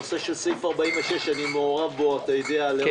הנושא של סעיף 46 שאני מעורב בו שנים.